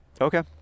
Okay